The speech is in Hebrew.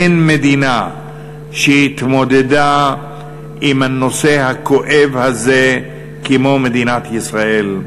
אין מדינה שהתמודדה עם הנושא הכואב הזה כמו מדינת ישראל,